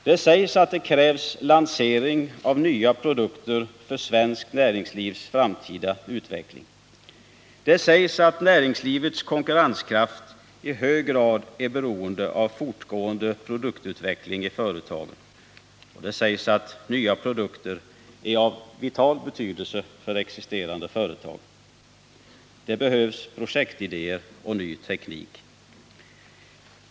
Det sägs att det krävs lansering av nya produkter för svenskt näringslivs framtida utveckling. Det sägs att näringslivets konkurrenskraft i hög grad är beroende av fortgående produktutveckling i företagen. Det sägs att nya produkter är av vital betydelse för existerande företag. Det behövs projektidéer och ny teknik.